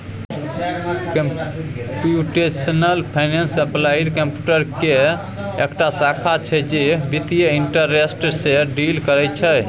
computational finance applied computer केर एकटा शाखा छै जे बित्तीय इंटरेस्ट सँ डील करय छै